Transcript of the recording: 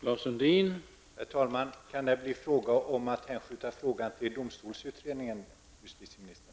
Herr talman! Kan det bli fråga om att hänskjuta frågan till domstolsutredningen, justitieministern?